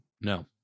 No